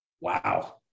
Wow